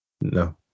No